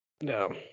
No